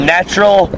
Natural